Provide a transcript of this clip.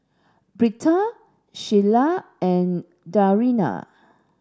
Britta Shiela and Dariana